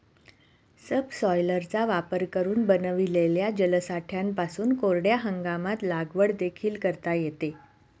सबसॉयलरचा वापर करून बनविलेल्या जलसाठ्यांपासून कोरड्या हंगामात लागवड देखील करता येते